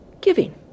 giving